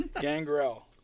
Gangrel